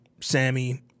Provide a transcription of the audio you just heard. Sammy